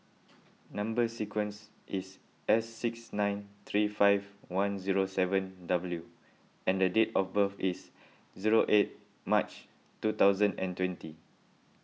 Number Sequence is S six nine three five one zero seven W and date of birth is zero eight March two thousand and twenty